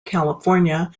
california